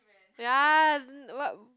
ya and what